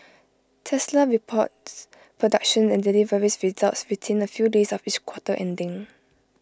Tesla reports production and deliveries results within A few days of each quarter ending